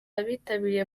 abitabiriye